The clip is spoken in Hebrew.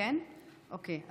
כן, אוקיי.